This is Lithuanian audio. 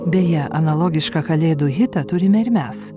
beje analogišką kalėdų hitą turime ir mes